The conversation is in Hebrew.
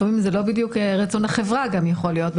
לפעמים זה לא בדיוק רצון החברה גם יכול להיות.